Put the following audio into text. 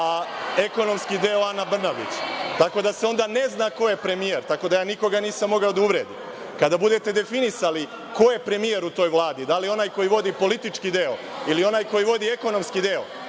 a ekonomski deo Ana Brnabić, tako da se onda ne zna ko je premijer i ja onda nikoga nisam mogao da uvredim. Kada budete definisali ko je premijer u toj Vladi, da li onaj koji vodi politički deo ili onaj koji vodi ekonomski deo,